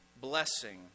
blessing